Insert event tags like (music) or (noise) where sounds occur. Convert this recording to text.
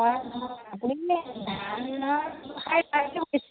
(unintelligible)